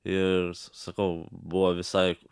ir sakau buvo visai